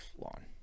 lawn